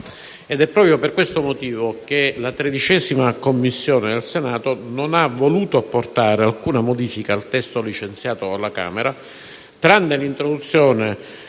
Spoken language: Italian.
È proprio per questo motivo che la Commissione 13a al Senato non ha voluto apportare alcuna modifica al testo licenziato dalla Camera, tranne l'introduzione